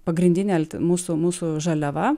pagrindinė mūsų mūsų žaliava